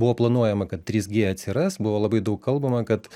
buvo planuojama kad trys gie atsiras buvo labai daug kalbama kad